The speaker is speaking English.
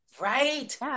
right